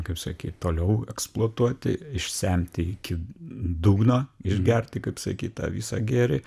kaip sakyt toliau eksploatuoti išsemti iki dugno išgerti kaip sakyt tą visą gėrį